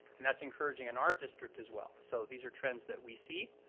and that's encouraging in our district as well. so these are trends that we see.